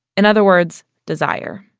in other words desire